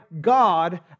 God